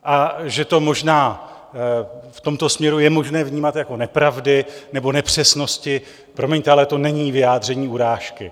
A že to možná v tomto směru je možné vnímat jako nepravdy nebo nepřesnosti, promiňte, ale to není vyjádření urážky.